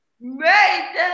made